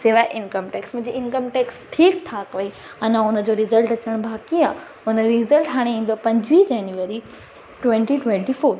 सवाइ income tax मूंखे income tax ठीकु ठाकु हुई अञा हुन जो रिसल्ट अचणु बाक़ी आहे हुन जो रिसल्ट हाणे ईंदो पंजीं जेनवरी ट्वेंटी ट्वेंटी फॉर